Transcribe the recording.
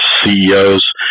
CEOs